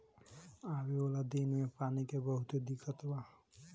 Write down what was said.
आवे वाला दिन मे पानी के बहुते दिक्कत बा